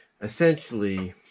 essentially